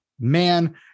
Man